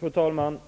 Fru talman!